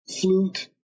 flute